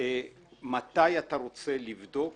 מתי אתה רוצה לבדוק